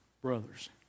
brothers